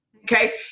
Okay